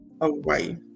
away